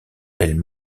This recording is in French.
elle